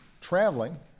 traveling